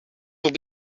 will